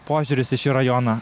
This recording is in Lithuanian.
požiūris į šį rajoną